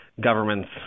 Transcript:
government's